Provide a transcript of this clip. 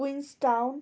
Queens town